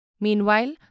Meanwhile